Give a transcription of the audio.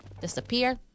disappear